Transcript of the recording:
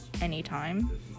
anytime